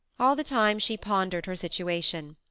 all the time, she pondered her situation.